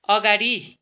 अगाडि